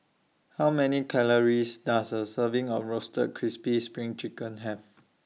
How Many Calories Does A Serving of Roasted Crispy SPRING Chicken Have